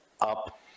up